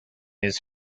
his